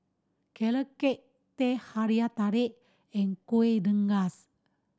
Carrot Cake Teh Halia Tarik and Kueh Rengas